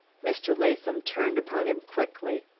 mr. latham turned upon him quickly.